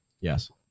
Yes